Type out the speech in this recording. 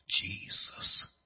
Jesus